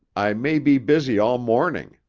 i may be busy all morning.